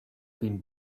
been